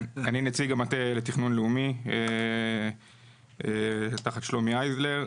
נציג המטה לתכנון לאומי תחת שלומי אייזלר.